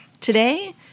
Today